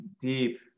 deep